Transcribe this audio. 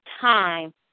time